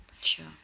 Sure